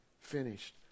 finished